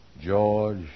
George